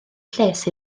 lles